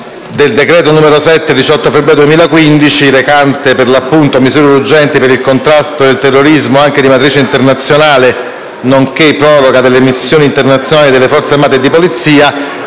del decreto-legge n. 7 del 18 febbraio 2015, recante misure urgenti per il contrasto del terrorismo, anche di matrice internazionale, nonché proroga delle missioni internazionali delle Forze armate e di polizia,